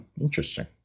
Interesting